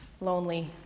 lonely